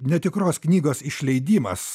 netikros knygos išleidimas